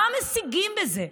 מה משיגים בזה?